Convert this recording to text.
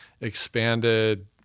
expanded